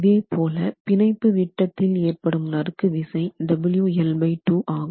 இதேபோல பிணைப்பு விட்டத்தில் ஏற்படும் நறுக்கு விசை ஆகும்